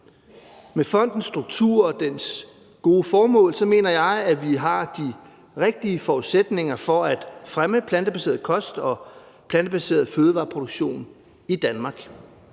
Med fondens struktur og dens gode formål mener jeg at vi har de rigtige forudsætninger for at fremme plantebaseret kost og plantebaseret fødevareproduktion i Danmark.